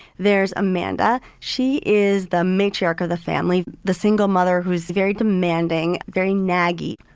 there's amanda. she is the matriarch of the family. the single mother who is very demanding, very naggy.